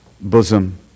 bosom